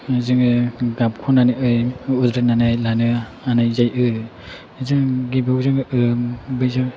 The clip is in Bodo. जोङो गाबख'नानै उद्रायनानै लानो हानाय जायो जों गिबियाव जोङो बेजों